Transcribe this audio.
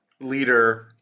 leader